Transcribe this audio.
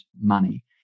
money